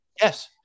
yes